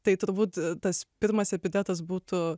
tai turbūt tas pirmas epitetas būtų